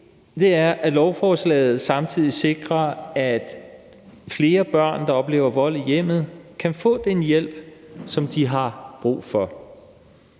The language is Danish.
del af lovforslaget sikrer samtidig, at flere børn, der oplever vold i hjemmet, kan få den hjælp, som de har brug for.